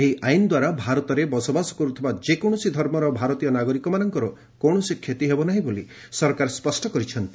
ଏହି ଆଇନ ଦ୍ୱାରା ଭାରତରେ ବସବାସ କରୁଥିବା ଯେକୌଣସି ଧର୍ମର ଭାରତୀୟ ନାଗରିକଙ୍କର କୌଣସି କ୍ଷତି ହେବ ନାହିଁ ବୋଲି ସରକାର ସ୍କଷ୍ଟ କରିଛନ୍ତି